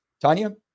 Tanya